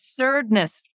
absurdness